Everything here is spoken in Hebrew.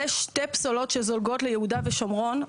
יש שתי פסולות שזולגות ליהודה ושומרון.